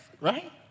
Right